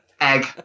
egg